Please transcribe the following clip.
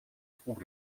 trouve